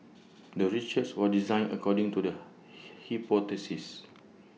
the research was designed according to the hit hypothesis